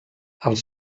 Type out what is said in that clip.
els